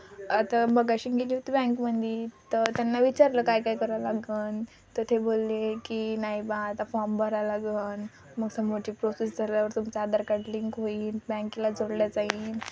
आता मघाशी गेली होती बँकमध्ये तर त्यांना विचारलं काय काय करावं लागन तर ते बोलले की नाही बा आता फॉर्म भराय लागंन मग समोरची प्रोसेस झाल्यावर तुमचं आधार कार्ड लिंक होईन बँकेला जोडल्या जाईन